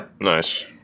Nice